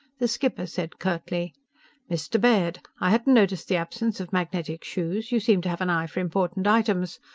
the skipper said curtly mr. baird! i hadn't noticed the absence of magnetic shoes. you seem to have an eye for important items.